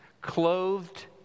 clothed